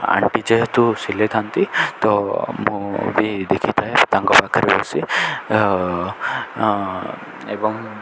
anti ଯେହେତୁ ସିଲେଇଥାନ୍ତି ତ ମୁଁ ବି ଦେଖିଥାଏ ତାଙ୍କ ପାଖରେ ବସି ଏବଂ